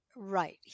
Right